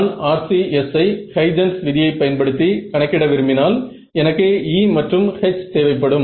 நான் RCS ஐ Huygens விதியை பயன் படுத்தி கணக்கிட விரும்பினால் எனக்கு E மற்றும் H தேவை படும்